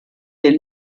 den